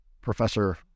Professor